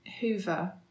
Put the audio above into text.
hoover